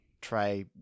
try